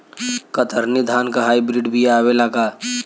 कतरनी धान क high breed बिया आवेला का?